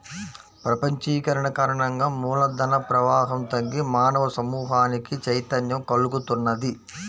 ప్రపంచీకరణ కారణంగా మూల ధన ప్రవాహం తగ్గి మానవ సమూహానికి చైతన్యం కల్గుతున్నది